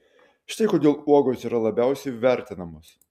štai kodėl uogos yra labiausiai vertinamos